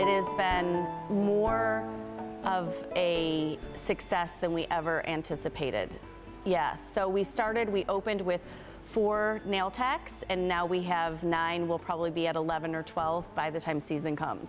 it is more of a success than we ever anticipated yes so we started we opened with four male tacks and now we have nine will probably be at eleven or twelve by the time season come